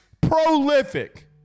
prolific